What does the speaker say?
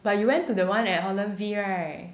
but you went to the one at holland V right